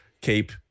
keep